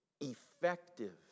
effective